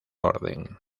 orden